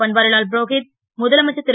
பன்வாரிலால் புரோஹித் முதலமைச்சர் ரு